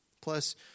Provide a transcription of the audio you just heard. Plus